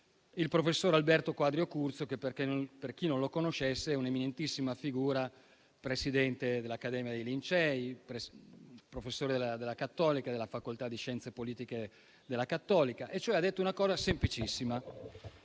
il professor Alberto Quadrio Curzio, che, per chi non lo conoscesse, è un'eminentissima figura, presidente dell'Accademia dei Lincei e professore della facoltà di scienze politiche dell'Università Cattolica. Egli ha detto una cosa semplicissima: